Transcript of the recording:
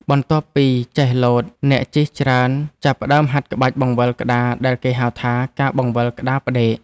បន្ទាប់ពីចេះលោត អ្នកជិះច្រើនចាប់ផ្ដើមហាត់ក្បាច់បង្វិលក្ដារដែលគេហៅថា ការបង្វិលក្ដារផ្ដេក។